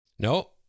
No